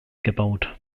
gebaut